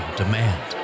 demand